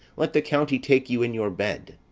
let the county take you in your bed!